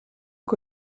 que